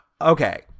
Okay